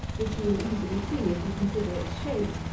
which you will easily see if you consider its shape.